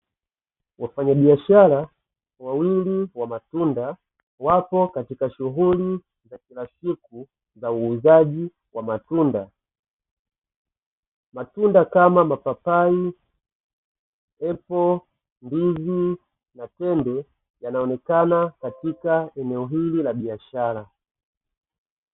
Wafanyabiashara wawili wa matunda wapo katika shughuli za kila siku za uuzaji wa matunda. Matunda kama mapapai, epo, ndizi, na tende, yanaonekana katika eneo hili la biashara.